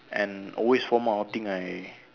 and always formal outing I